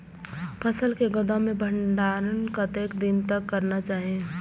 फसल के गोदाम में भंडारण कतेक दिन तक करना चाही?